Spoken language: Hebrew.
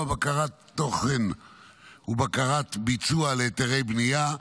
בקרת תוכן ובקרת ביצוע להיתרי בנייה.